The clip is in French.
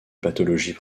pathologie